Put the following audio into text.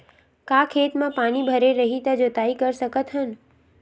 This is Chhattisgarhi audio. का खेत म पानी भरे रही त जोताई कर सकत हन?